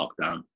lockdown